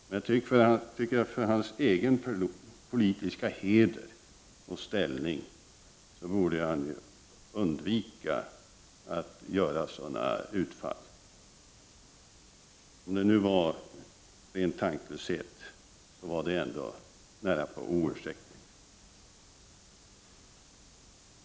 Men jag tycker att han för sin egen politiska heder och ställning borde undvika att göra sådana utfall. Om det nu var ren tanklöshet, så var det ändå närapå oursäktligt.